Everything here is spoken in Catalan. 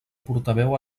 portaveu